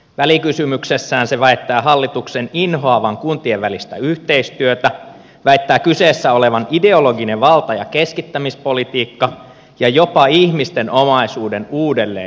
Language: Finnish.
välikysymyksessään se väittää hallituksen inhoavan kuntien välistä yhteistyötä väittää kyseessä olevan ideologisen valta ja keskittämispolitiikan ja jopa ihmisten omaisuuden uudelleen jakamisen